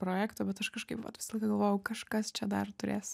projekto bet aš kažkaip vat visą laiką galvoju kažkas čia dar turės